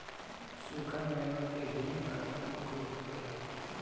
सुखा मेवा के भी बागवानी खूब होखेला